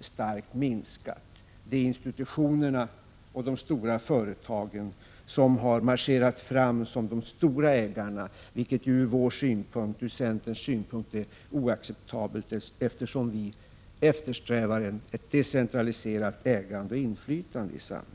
starkt har minskat. Det är institutionerna och de stora företagen som har marscherat fram som de stora ägarna, vilket ju ur centerns synpunkt är oacceptabelt, eftersom vi eftersträvar ett decentraliserat ägande och inflytande i samhället.